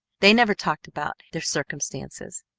they never talked about their circumstances.